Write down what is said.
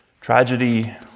tragedy